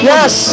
Yes